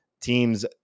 teams